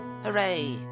Hooray